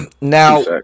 Now